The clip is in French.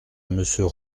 monsieur